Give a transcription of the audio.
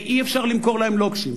אי-אפשר למכור להם לוקשים,